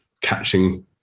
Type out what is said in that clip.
catching